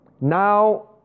Now